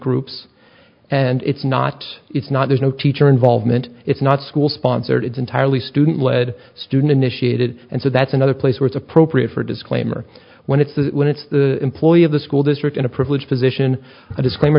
groups and it's not it's not there's no teacher involvement it's not school sponsored it's entirely student led student initiated and so that's another place where it's appropriate for a disclaimer when it's when it's the employee of the school district in a privileged position a disclaimer